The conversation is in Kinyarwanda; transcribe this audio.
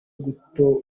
gutobora